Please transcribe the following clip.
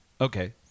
Okay